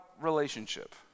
relationship